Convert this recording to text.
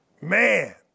man